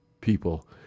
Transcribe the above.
people